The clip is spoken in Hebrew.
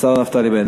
השר נפתלי בנט.